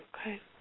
Okay